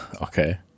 Okay